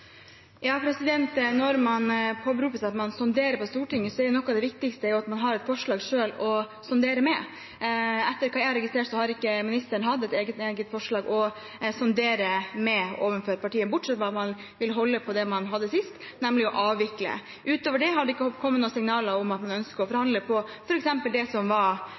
Når man påberoper seg at man sonderer på Stortinget, er noe av det viktigste at man selv har et forslag å sondere med. Etter hva jeg har registrert, har ikke ministeren hatt et eget forslag å sondere med overfor partiene, bortsett fra at man vil holde på det man hadde sist, nemlig å avvikle. Utover det har det ikke kommet noen signaler om at han ønsker å forhandle på f.eks. det som var